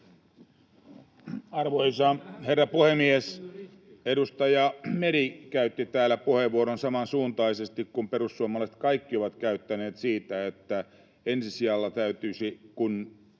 Arvoisa herra puhemies! Edustaja Meri käytti täällä puheenvuoron, samansuuntaisesti kuin perussuomalaiset kaikki ovat käyttäneet, siitä, että ensi sijalla täytyisi olla